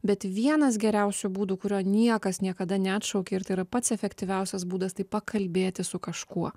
bet vienas geriausių būdų kurio niekas niekada neatšaukė ir tai yra pats efektyviausias būdas tai pakalbėti su kažkuo